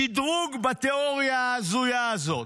שדרוג בתיאוריה ההזויה הזאת,